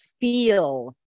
feel